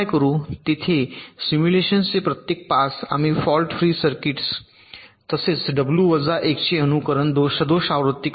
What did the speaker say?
येथे सिम्युलेशनचे प्रत्येक पास आम्ही फॉल्ट फ्री सर्किट्स तसेच डब्ल्यू वजा 1 चे अनुकरण सदोष आवृत्ती करतो